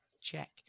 Check